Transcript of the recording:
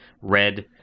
red